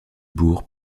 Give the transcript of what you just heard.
bourg